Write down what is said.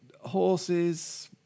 Horses